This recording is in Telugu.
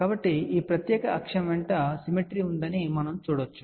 కాబట్టి ఈ ప్రత్యేక అక్షం వెంట సిమెట్రీ ఉందని మనం చూడవచ్చు